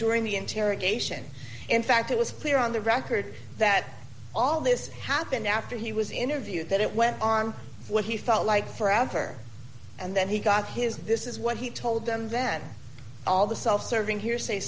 during the interrogation in fact it was clear on the record that all this happened after he was interviewed that it went on what he felt like forever and then he got his this is what he told them then all the self serving hearsay